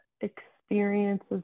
experiences